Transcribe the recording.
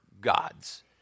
God's